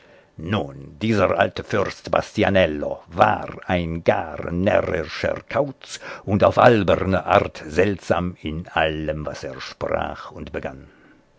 nun dieser alte fürst bastianello war ein gar närrischer kauz und auf alberne art seltsam in allem was er sprach und begann